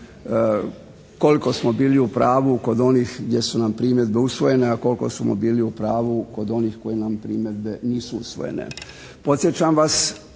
koliko smo bili u pravu kod onih gdje su nam primjedbe usvojene, a koliko smo bili u pravu kod onih kod kojih nam primjedbe nisu usvojene. Podsjećam vas